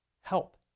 help